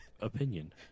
opinion